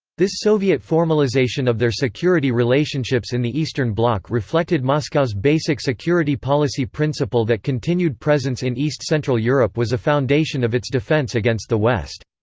this soviet formalization of their security relationships in the eastern bloc reflected moscow's basic security policy principle that continued presence in east central europe was a foundation of its defense against the west.